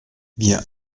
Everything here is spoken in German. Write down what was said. wir